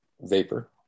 vapor